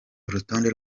urutonde